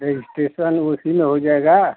registration उसी में हो जाएगा